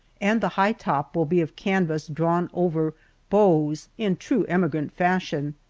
and the high top will be of canvas drawn over bows, in true emigrant fashion.